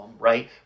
right